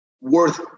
worth